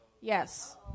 Yes